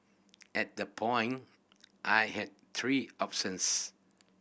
at the point I had three options